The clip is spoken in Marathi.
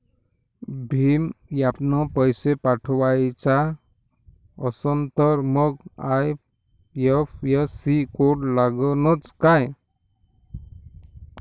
भीम ॲपनं पैसे पाठवायचा असन तर मंग आय.एफ.एस.सी कोड लागनच काय?